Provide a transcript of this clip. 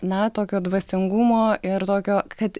na tokio dvasingumo ir tokio kad